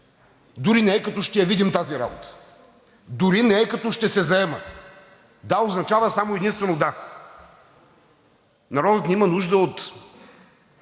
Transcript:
дори не е като „ще я видим тази работа“, дори не е като „ще се заема“! „Да“ означава само и единствено „да“. Народът ни има нужда от